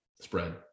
spread